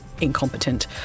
incompetent